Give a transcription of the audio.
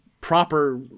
proper